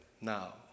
now